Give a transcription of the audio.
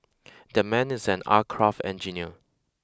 that man is an aircraft engineer